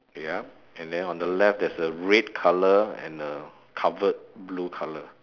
yup and then on the left there's a red colour and a cupboard blue colour